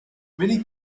many